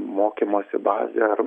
mokymosi bazė ar